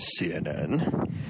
cnn